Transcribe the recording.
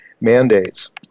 mandates